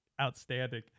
Outstanding